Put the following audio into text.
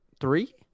Three